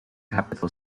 capital